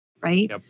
right